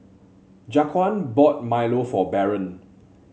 Jaquan bought milo for Barron